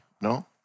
No